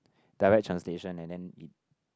direct translation and then it